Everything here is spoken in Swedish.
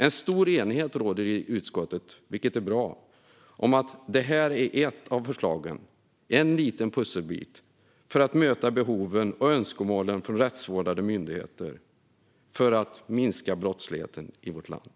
En stor enighet råder i utskottet, vilket är bra, om att det här förslaget är en liten pusselbit som behövs för att möta behoven och önskemålen hos rättsvårdande myndigheter för att minska brottsligheten i vårt land.